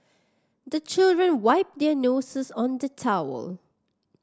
the children wipe their noses on the towel